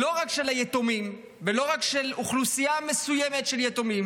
ושל לא רק היתומים ולא רק של אוכלוסייה מסוימת של יתומים